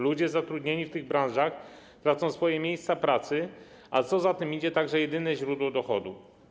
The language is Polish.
Ludzie zatrudnieni w tych branżach tracą miejsca pracy, a co za tym idzie - także jedyne źródło dochodów.